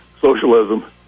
socialism